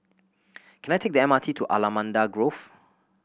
can I take the M R T to Allamanda Grove